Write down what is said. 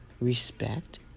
respect